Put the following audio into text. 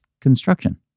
construction